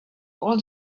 all